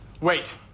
Wait